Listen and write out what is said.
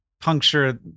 puncture